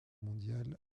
mondiale